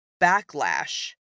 backlash